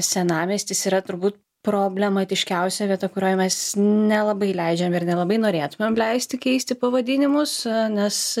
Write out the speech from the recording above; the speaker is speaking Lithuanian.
senamiestis yra turbūt problematiškiausia vieta kurioj mes nelabai leidžiam ir nelabai norėtumėm leisti keisti pavadinimus nes